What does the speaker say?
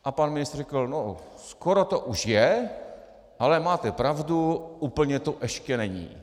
A pan ministr řekl: No skoro to už je, ale máte pravdu, úplně to ještě není.